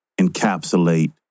encapsulate